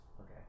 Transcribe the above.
Okay